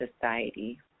society